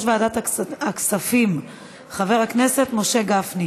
ועדת הכספים חבר הכנסת משה גפני,